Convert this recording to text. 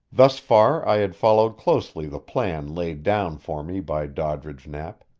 thus far i had followed closely the plan laid down for me by doddridge knapp,